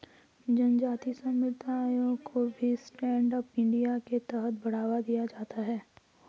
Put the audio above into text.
जनजाति समुदायों को भी स्टैण्ड अप इंडिया के तहत बढ़ावा दिया जाता है